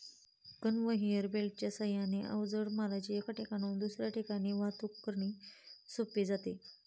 conveyor बेल्टच्या साहाय्याने अवजड मालाची एका ठिकाणाहून दुसऱ्या ठिकाणी सुरक्षित वाहतूक करणे सोपे जाते